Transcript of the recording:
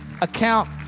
account